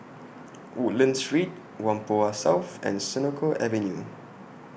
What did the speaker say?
Woodlands Street Whampoa South and Senoko Avenue